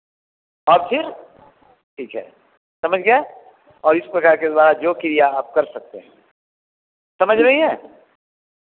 और फिर ठीक है समझ गए और इस प्रकार के द्वारा जो क्रिया आप कर सकते हैं समझ रही हैं